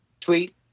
tweet